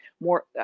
more